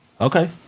Okay